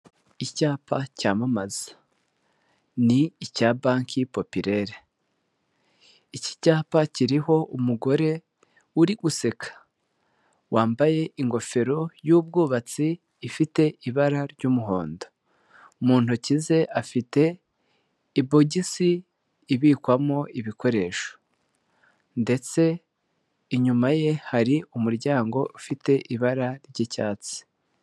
Icyapa cyamamaza ni icya banki populere, iki cyapa kiriho umugore uri guseka wambaye ingofero y'ubwubatsi ifite ibara ry'umuhondo, mu ntoki ze afite ibogisi ibikwamo ibikoresho ndetse inyuma ye hari umuryango ufite ibara ry'icyatsi.